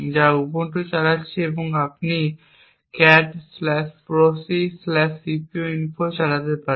যা উবুন্টু চালাচ্ছে আপনি cat proccpuinfo চালাতে পারেন